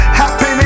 happening